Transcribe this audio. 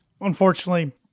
unfortunately